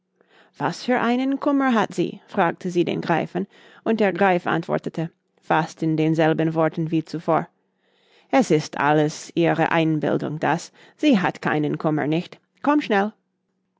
was für einen kummer hat sie fragte sie den greifen und der greif antwortete fast in denselben worten wie zuvor es ist alles ihre einbildung das sie hat keinen kummer nicht komm schnell